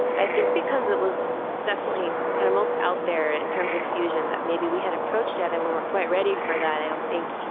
i think, because it was definitely kind of most out there in terms of fusion that maybe we had approached yet. and we weren't quite ready for that, i don't think